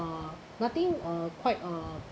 uh nothing uh quite uh